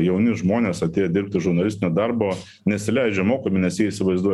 jauni žmonės atėję dirbti žurnalistinio darbo nesileidžia mokomi nes jie įsivaizduo